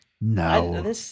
No